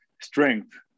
strength